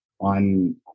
on